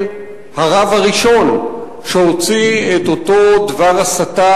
הרב הראשון שהוציא את אותו דבר הסתה,